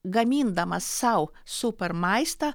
gamindamas sau super maistą